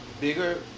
Bigger